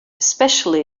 especially